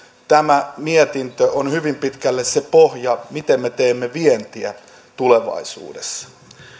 tämä mietintö on hyvin pitkälle se pohja miten me teemme vientiä tulevaisuudessa